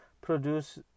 produce